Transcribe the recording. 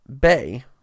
Bay